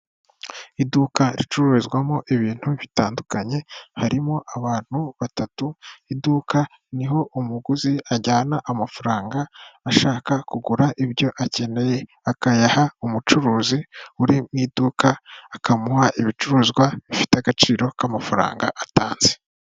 Iduka ricururizwamo ibintu bitandukanye, harimo abantu batatu, iduka ni ho umuguzi ajyana amafaranga ashaka kugura ibyo akeneye, akayaha umucuruzi uri mu iduka, akamuha ibicuruzwa bifite agaciro k'amafaranga atanze.